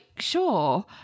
sure